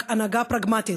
רק הנהגה פרגמטית,